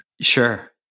Sure